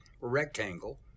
rectangle